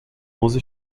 onze